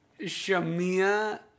Shamia